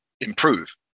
improve